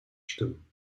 stimmen